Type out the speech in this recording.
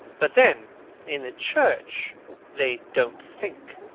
but then in the church they don't think.